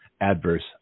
Adverse